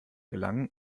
gelangen